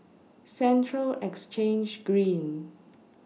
Central Exchange Green